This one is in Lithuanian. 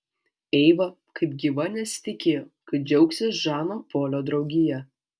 eiva kaip gyva nesitikėjo kad džiaugsis žano polio draugija